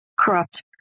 corrupt